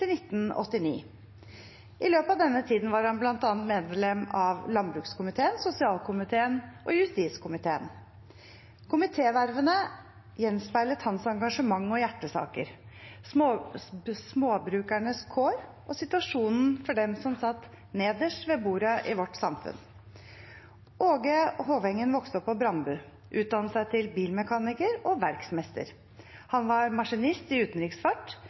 til 1989. I løpet av denne tiden var han bl.a. medlem av landbrukskomiteen, sosialkomiteen og justiskomiteen. Komitévervene gjenspeilet hans engasjement og hjertesaker: småbrukernes kår og situasjonen for dem som satt nederst ved bordet i vårt samfunn. Åge Hovengen vokste opp på Brandbu, utdannet seg til bilmekaniker og verksmester. Han var maskinist i utenriksfart,